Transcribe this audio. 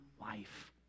life